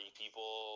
people